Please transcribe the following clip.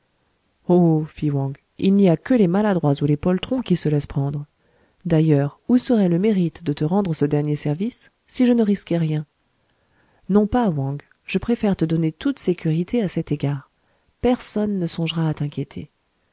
il n'y a que les maladroits ou les poltrons qui se laissent prendre d'ailleurs où serait le mérite de te rendre ce dernier service si je ne risquais rien non pas wang je préfère te donner toute sécurité à cet égard personne ne songera à t'inquiéter